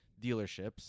dealerships